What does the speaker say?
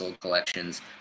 collections